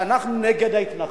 שאנחנו נגד ההתנחלות.